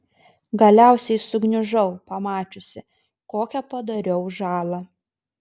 galiausiai sugniužau pamačiusi kokią padariau žalą